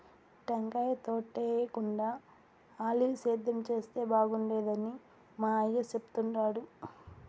టెంకాయ తోటేయేకుండా ఆలివ్ సేద్యం చేస్తే బాగుండేదని మా అయ్య చెప్తుండాడు